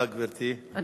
גברתי, בבקשה.